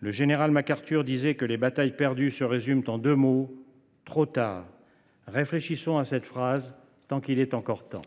Le général Mac Arthur disait que les batailles perdues se résument en deux mots : trop tard. Réfléchissons à cette phrase tant qu’il est encore temps.